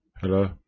Hello